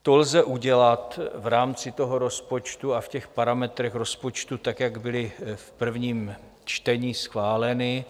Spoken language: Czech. To lze udělat v rámci toho rozpočtu a v těch parametrech rozpočtu tak, jak byly v prvním čtení schváleny.